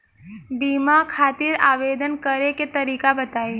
बीमा खातिर आवेदन करे के तरीका बताई?